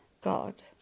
God